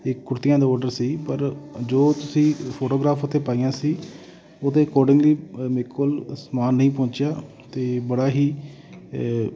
ਇਹ ਕੁੜਤੀਆਂ ਦੇ ਔਡਰ ਸੀ ਪਰ ਜੋ ਤੁਸੀਂ ਫੋਟੋਗ੍ਰਾਫ ਉਸ 'ਤੇ ਪਾਈਆਂ ਸੀ ਉਹਦੇ ਅਕੋਰਡਿੰਗਲੀ ਮੇਰੇ ਕੋਲ ਸਮਾਨ ਨਹੀਂ ਪਹੁੰਚਿਆ ਅਤੇ ਬੜਾ ਹੀ